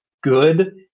good